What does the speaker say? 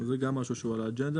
זה גם משהו שהוא על האג'נדה,